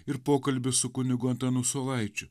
ir pokalbis su kunigu antanu saulaičiu